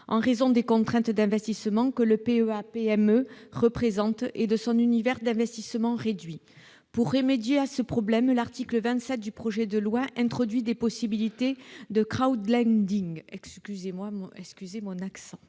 en raison des contraintes d'investissement que le PEA-PME représente et de son univers d'investissement réduit. Pour remédier à ce problème, l'article 27 du projet de loi introduit des possibilités de dans